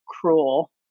cruel